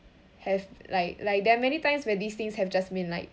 have like like there are many times where these things have just been like